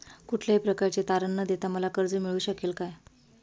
कुठल्याही प्रकारचे तारण न देता मला कर्ज मिळू शकेल काय?